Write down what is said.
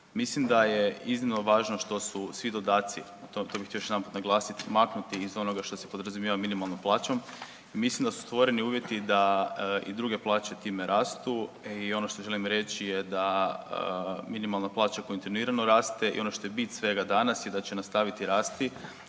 Mislim da je iznimno važno što su svi dodaci, to bih htio još jedanput naglasiti, maknuti iz onoga što se podrazumijeva minimalnom plaćom i mislim da su stvoreni uvjeti da i druge plaće time rastu i ono što želim reći je da minimalna plaća kontinuirano raste i ono što je bit svega danas je da će nastaviti rasti